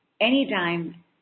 Anytime